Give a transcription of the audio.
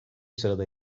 sırada